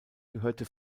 gehörte